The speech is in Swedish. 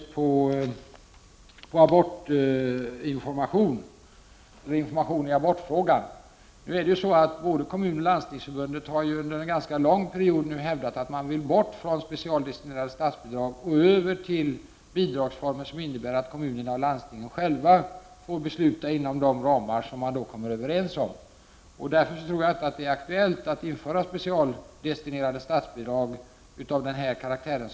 Både Kommunförbundet och Landstingsförbundet har ganska länge hävdat att man vill bort från de specialdestinerade statsbidragen. I stället vill man ha bidragsformer som innebär att kommunerna och landstingen själva får bestämma, inom de ramar som man har kommit överens om. Därför tror jag inte att det är aktuellt att återinföra specialdestinerade statsbidrag av den tidigare karaktären.